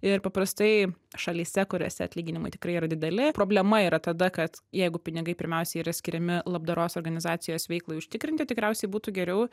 ir paprastai šalyse kuriose atlyginimai tikrai yra dideli problema yra tada kad jeigu pinigai pirmiausia yra skiriami labdaros organizacijos veiklai užtikrinti tikriausiai būtų geriau